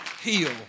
heal